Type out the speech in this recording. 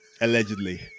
Allegedly